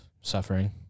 suffering